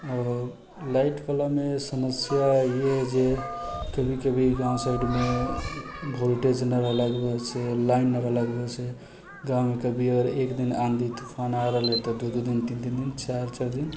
आओर लाइट बलामे समस्या ई अछि जे कभी कभी गाँव साइड मे वोल्टेज न रहलाके वजहसँ लाइन न रहलाके वजहसँ गाँवमे कभी अगर एक दिन आँधी तूफान आ रहले तऽ दू दू दिन तीन तीन दिन चारि चारि दिन